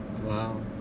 Wow